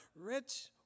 Rich